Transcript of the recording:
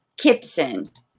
Kipson